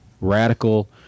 Radical